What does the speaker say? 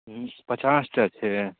पचास टा छै